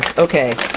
okay,